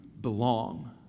belong